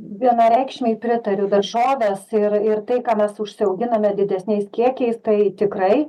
vienareikšmiai pritariu daržoves ir ir tai ką mes užsiauginame didesniais kiekiais tai tikrai